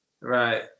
Right